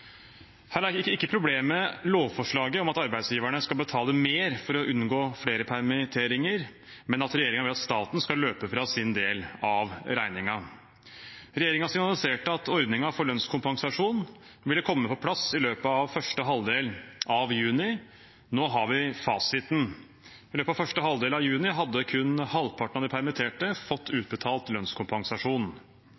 Her er ikke problemet lovforslaget om at arbeidsgiverne skal betale mer for å unngå flere permitteringer, men at regjeringen vil at staten skal løpe fra sin del av regningen. Regjeringen signaliserte at ordningen for lønnskompensasjon ville komme på plass i løpet av første halvdel av juni – nå har vi fasiten. I løpet av første halvdel av juni hadde kun halvparten av de permitterte fått